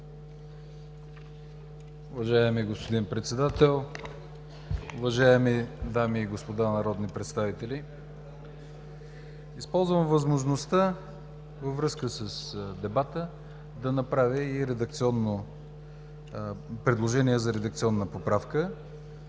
Уважаеми господин Председател, уважаеми дами и господа народни представители, използвам възможността във връзка с дебата да направя и предложение за редакционна поправка.